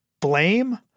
blame